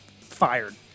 fired